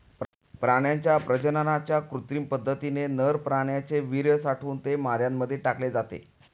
प्राण्यांच्या प्रजननाच्या कृत्रिम पद्धतीने नर प्राण्याचे वीर्य साठवून ते माद्यांमध्ये टाकले जाते